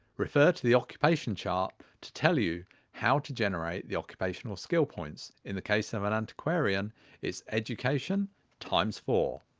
refer to the occupation chart to tell you how to generate the occupational skill points. in the case of an antiquarian its education times four,